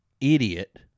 idiot